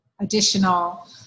additional